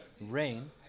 rain